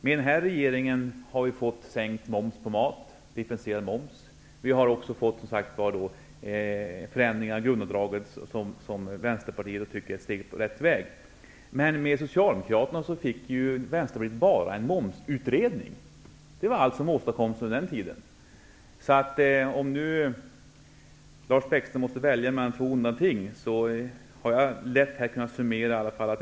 Med den här regeringen har vi fått sänkt moms på maten -- en differentierad moms -- och de förändringar i grundavdraget som Vänsterpartiet tycker är ett steg på rätt väg. Men med Socialdemokraterna fick Vänsterpartiet bara en momsutredning -- det var allt som åstadkoms under Socialdemokraternas tid. Lars Bäckström måste kanske välja mellan två onda ting. Jag har lätt kunnat summera poängen.